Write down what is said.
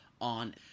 on